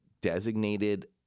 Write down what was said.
designated